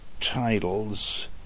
titles